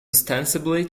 ostensibly